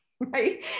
Right